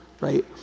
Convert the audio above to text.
right